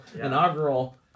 inaugural